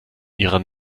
ihrer